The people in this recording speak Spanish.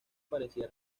parecía